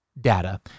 data